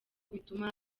bituma